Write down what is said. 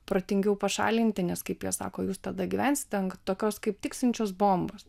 protingiau pašalinti nes kaip jie sako jūs tada gyvensit ant tokios kaip tiksinčios bombos